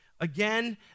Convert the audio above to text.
Again